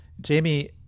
Jamie